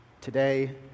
Today